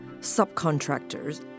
subcontractors